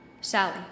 Sally